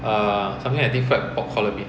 err something like deep fried pork collar meat